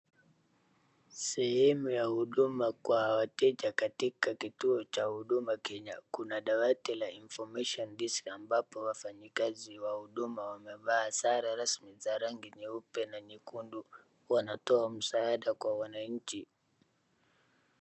Sehemu ya huduma kwa wateja katika kituo cha Huduma Kenya. Kuna dawati la informtion desk ambapo wafanyikazi wa huduma wamevaa sare rasmi za rangi nyeupe na nyekundu. Wanatoa msaada kwa wananchi.